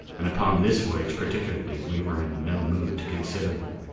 and upon this voyage particularly we were in no mood to consider them.